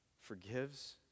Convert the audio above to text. forgives